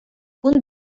кун